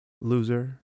loser